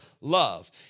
love